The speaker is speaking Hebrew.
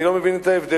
אני לא מבין את ההבדל.